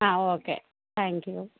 ആ okay thank you